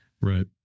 Right